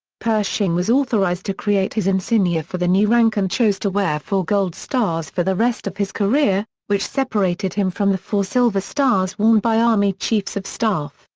pershing was authorized to create his insignia for the new rank and chose to wear four gold stars for the rest of his career, which separated him from the four silver stars worn by army chiefs of staff,